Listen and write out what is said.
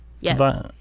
Yes